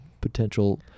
potential